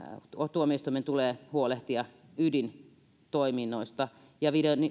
tuomioistuimen tulee huolehtia ydintoiminnoista ja